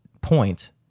point